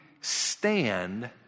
stand